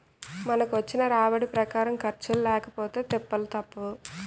మనకొచ్చిన రాబడి ప్రకారం ఖర్చులు లేకపొతే తిప్పలు తప్పవు